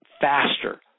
faster